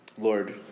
Lord